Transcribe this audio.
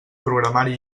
programari